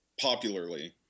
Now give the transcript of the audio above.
popularly